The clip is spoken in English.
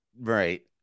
right